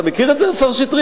אתה מכיר את זה, השר שטרית?